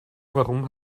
warum